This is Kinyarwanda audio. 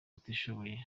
batishoboye